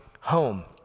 Home